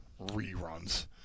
Reruns